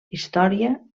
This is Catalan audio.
història